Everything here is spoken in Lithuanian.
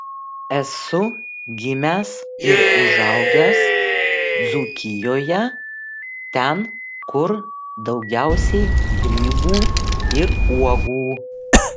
esu gimęs ir užaugęs dzūkijoje ten kur daugiausiai grybų ir uogų